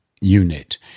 unit